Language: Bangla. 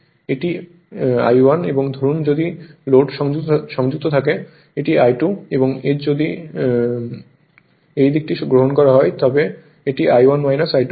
এটি I1 এবং ধরুন যদি লোড সংযুক্ত থাকে এটি I2 এবং এর যদি এই দিকটি গ্রহণ করা হয় তবে এটি I1 I2 হবে